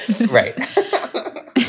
right